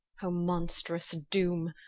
o monstrous doom,